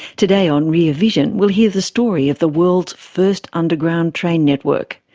today on rear vision we'll hear the story of the world's first underground train network.